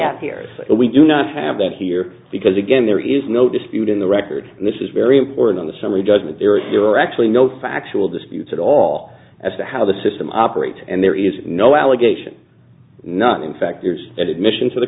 out here but we do not have that here because again there is no dispute in the record and this is very important on the summary judgment there is your actually no factual disputes at all as to how the system operates and there is no allegation not in fact there's an admission to the